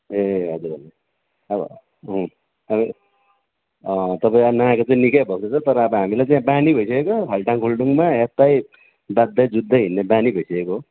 ए हजुर हजुर अब तपाईँ नआएको चाहिँ निकै भएको छ तर अब हामीलाई चाहिँ यहाँ बानी भइसकेको खाल्टाङ खुल्टुङमा यतै बाझ्दै जुझ्दै हिँड्ने बानी भइसकेको हो